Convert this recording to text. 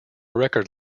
record